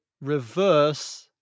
reverse